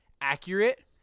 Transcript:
accurate